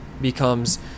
becomes